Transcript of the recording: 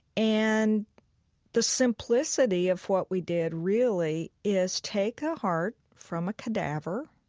and the simplicity of what we did, really, is take a heart from a cadaver